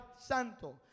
santo